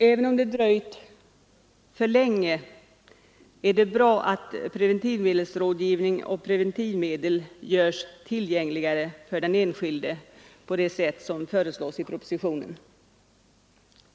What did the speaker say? Även om det dröjt för länge är det bra att preventivmedelsrådgivning och preventivmedel görs tillgängligare för den enskilde på det sätt som föreslås i propositionen.